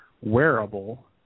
wearable